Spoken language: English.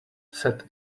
said